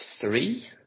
Three